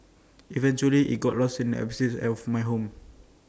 eventually IT got lost in the abyss of my home